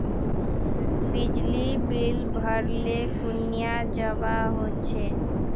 बिजली बिल भरले कुनियाँ जवा होचे?